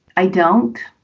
i don't